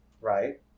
Right